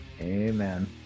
Amen